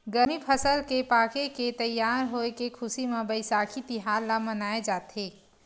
गरमी फसल के पाके के तइयार होए के खुसी म बइसाखी तिहार ल मनाए जाथे